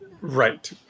Right